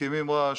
מקימים רעש,